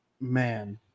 man